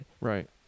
Right